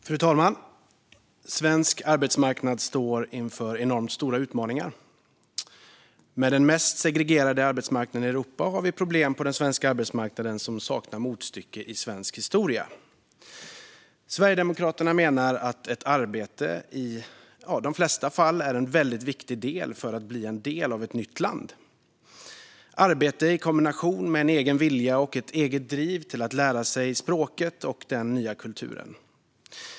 Fru talman! Svensk arbetsmarknad står inför enormt stora utmaningar. Med den mest segregerade arbetsmarknaden i Europa har vi problem på den svenska arbetsmarknaden som saknar motstycke i svensk historia. Sverigedemokraterna menar att arbete i de flesta fall är en väldigt viktig del för att bli en del av ett nytt land - arbete i kombination med en egen vilja och ett eget driv till att lära sig språket och den nya kulturen.